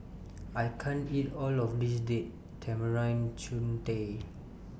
I can't eat All of This Date Tamarind Chutney